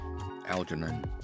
Algernon